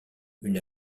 une